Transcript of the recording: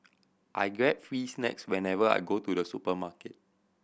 I get free snacks whenever I go to the supermarket